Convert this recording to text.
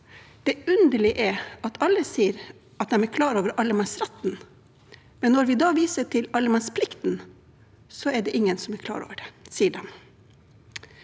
Det underlige er at alle sier at de er klar over allemannsretten, men når vi viser til allemannsplikten, sier ingen at de er klar over den. Det er